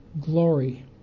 glory